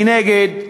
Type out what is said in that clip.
מנגד,